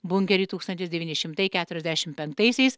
bunkerį tūkstantis devyni šimtai keturiasdešim penktaisiais